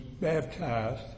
baptized